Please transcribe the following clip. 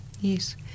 Yes